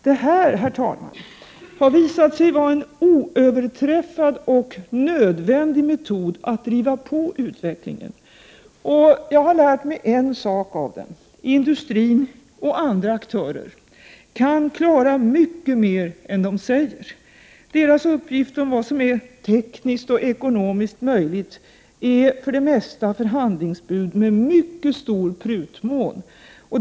Detta, herr talman, har visat sig vara en oöverträffad och nödvändig metod för att driva på utvecklingen. Och jag har lärt mig en sak av detta: industrin och andra aktörer kan klara mycket mer än de säger. Deras uppgifter om vad som är tekniskt och ekonomiskt möjligt är för det mesta förhandlingsbud med mycket stor prutmån.